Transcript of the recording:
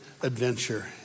adventure